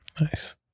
Nice